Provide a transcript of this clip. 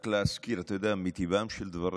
רק להזכיר: אתה יודע, מטבעם של דברים,